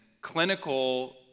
clinical